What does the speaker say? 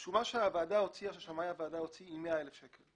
נניח שהשומה ששמאי הוועדה הוציא היא 100 אלף שקל.